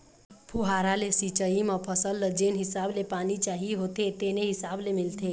फुहारा ले सिंचई म फसल ल जेन हिसाब ले पानी चाही होथे तेने हिसाब ले मिलथे